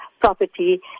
property